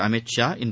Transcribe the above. அமித் ஷா இன்று